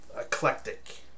Eclectic